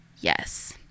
yes